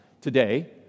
today